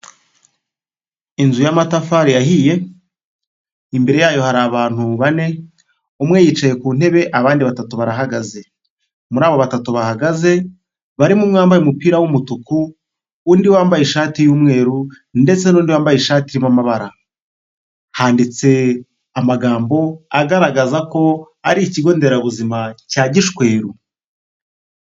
Inzu y'amatafari yahiye imbere yayo hari abantu bane umwe yicaye ku ntebe abandi batatu barahagaze, muri abo batatu bahagaze barimo umwe wambaye umupira w'umutuku undi wambaye ishati y'umweru ndetse n'undi wambaye ishati irimo amabara handitse amagambo agaragaza ko ari ikigo nderabuzima cya Gishweru.